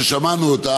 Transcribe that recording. ששמענו אותה,